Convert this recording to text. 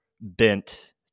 bent